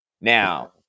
Now